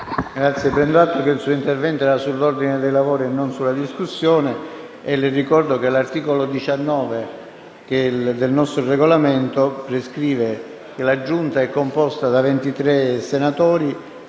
Barani, prendo atto che il suo intervento era sull'ordine dei lavori e non sulla discussione e le ricordo che l'articolo 19 del nostro Regolamento prescrive che «La Giunta delle elezioni